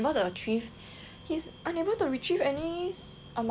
hes unable to retrieve any amount from there